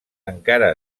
encara